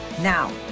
now